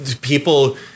people